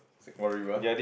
Singapore-River